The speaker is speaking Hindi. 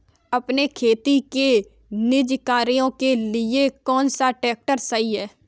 अपने खेती के निजी कार्यों के लिए कौन सा ट्रैक्टर सही है?